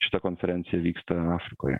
šita konferencija vyksta afrikoje